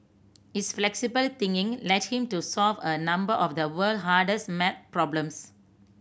his flexible thinking led him to solve a number of the world hardest maths problems